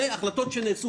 אלה החלטות שנעשו.